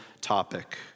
topic